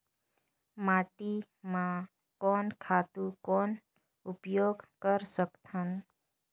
माटी म कोन खातु कौन उपयोग कर सकथन?